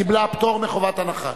היא קיבלה פטור מחובת הנחה.